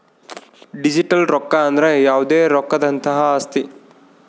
digital ರೊಕ್ಕ ಅಂದ್ರ ಯಾವ್ದೇ ರೊಕ್ಕದಂತಹ ಆಸ್ತಿ